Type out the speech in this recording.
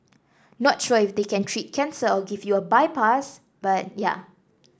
not sure if they can treat cancer or give you a bypass but yeah